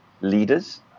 leaders